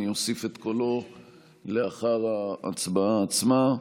אני אוסיף את קולו לאחר ההצבעה עצמה.